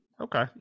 Okay